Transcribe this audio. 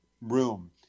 room